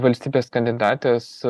valstybės kandidatės